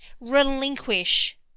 relinquish